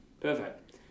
Perfect